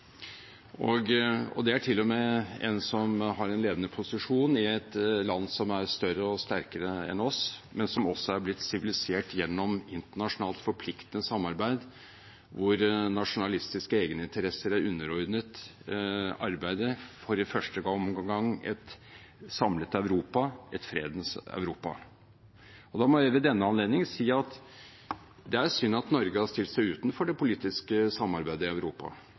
det er til og med en som har en ledende posisjon i et land som er større og sterkere enn vårt, men som også er blitt sivilisert gjennom internasjonalt forpliktende samarbeid, hvor nasjonalistiske egeninteresser er underordnet arbeidet for – i første omgang – et samlet Europa, et fredens Europa. Da må jeg, ved denne anledningen, si at det er synd Norge har stilt seg utenfor det politiske samarbeidet i Europa.